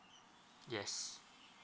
yes